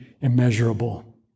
immeasurable